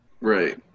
Right